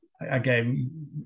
again